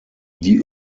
die